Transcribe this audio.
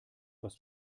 was